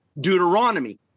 Deuteronomy